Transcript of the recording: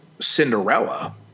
Cinderella